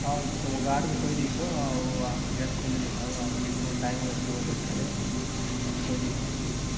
ହଉ ତମ ଗାର୍ଡ଼୍ କୁ କହିଦେଇଥାଅ ଆଉ ଆହା ଗେଟ୍ ଖୋଲିଦେଇଥାଉ ଆଉ ଟାଇମ୍ ୱେଷ୍ଟ ହେବ ବେକାର୍ରେ କହିଦେଇଥାଅ